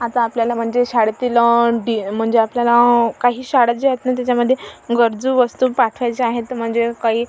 आता आपल्याला म्हणजे शाळेतील म्हणजे आपल्याला काही शाळा जे आहेत ना त्याच्यामध्ये गरजू वस्तू पाठवायच्या आहेत तर म्हणजे काही